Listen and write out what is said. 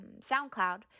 SoundCloud